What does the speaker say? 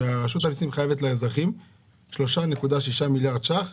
שרשות המיסים חייבת לאזרחים 3.6 מיליארד ₪ שהאזרחים